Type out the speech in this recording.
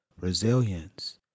resilience